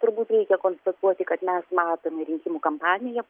turbūt reikia konstatuoti kad mes matome rinkimų kampaniją